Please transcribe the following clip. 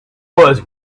was